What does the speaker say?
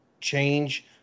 change